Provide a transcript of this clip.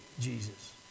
Jesus